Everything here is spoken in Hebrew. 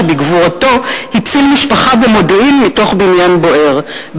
שבגבורתו הציל משפחה במודיעין מתוך בניין בוער.